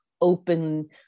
open